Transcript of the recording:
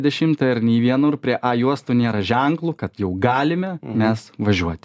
dešimtą ir nei vienur prie a juostų nėra ženklų kad jau galime mes važiuot